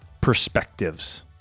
perspectives